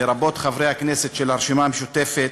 לרבות חברי הכנסת של הרשימה המשותפת,